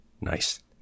Nice